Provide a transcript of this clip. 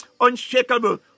unshakable